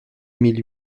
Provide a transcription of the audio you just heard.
mille